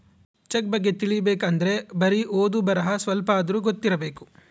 check ಬಗ್ಗೆ ತಿಲಿಬೇಕ್ ಅಂದ್ರೆ ಬರಿ ಓದು ಬರಹ ಸ್ವಲ್ಪಾದ್ರೂ ಗೊತ್ತಿರಬೇಕು